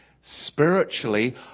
Spiritually